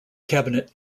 cabinet